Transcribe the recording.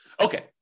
Okay